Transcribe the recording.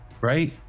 Right